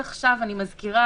ולכן חשוב מאוד שהם יהיו פה.